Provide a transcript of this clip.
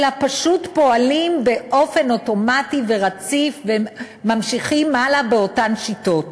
אלא פשוט פועלים באופן אוטומטי ורציף וממשיכים הלאה באותן שיטות.